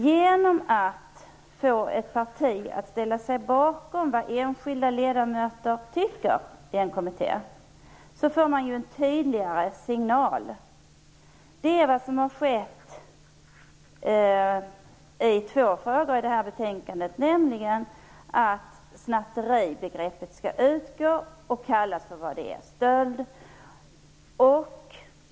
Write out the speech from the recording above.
Genom att få ett parti att ställa sig bakom vad enskilda ledamöter tycker i en kommitté får man en tydligare signal. Det är vad som har skett i två frågor i detta betänkande, nämligen att snatteribegreppet skall utgå och kallas för vad det är, stöld.